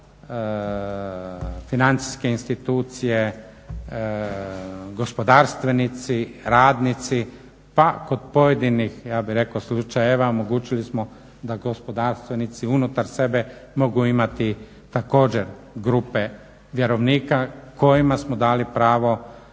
financijske institucije, gospodarstvenici, radnici, pa kod pojedinih slučajeva omogućili smo da gospodarstvenici unutar sebe mogu imati također grupe vjerovnika kojima smo dali pravo